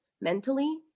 mentally